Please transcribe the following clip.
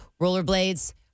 rollerblades